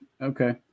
Okay